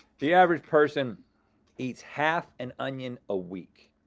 the average person eats half an onion a week,